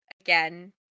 again